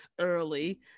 early